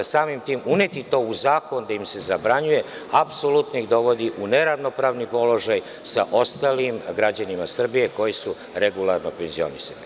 Samim tim, uneti to u zakon da im se zabranjuje, apsolutno ih dovodi u neravnopravni položaj sa ostalim građanima Srbije koje su regularno penzionisani.